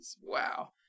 wow